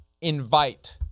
invite